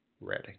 ready